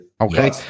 Okay